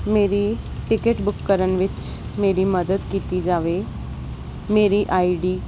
ਮੇਰੀ ticket book ਕਰਨ ਵਿੱਚ ਮੇਰੀ ਮਦਦ ਕੀਤੀ ਜਾਵੇ ਮੇਰੀ ਆਈ ਡੀ